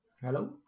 Hello